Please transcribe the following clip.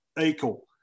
equal